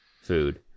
food